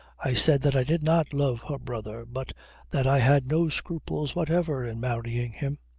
i said that i did not love her brother but that i had no scruples whatever in marrying him.